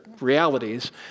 realities